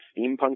steampunk